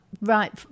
right